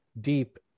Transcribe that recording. deep